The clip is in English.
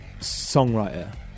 songwriter